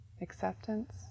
acceptance